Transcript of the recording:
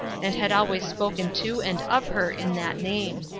and had always spoken to and of her in that name.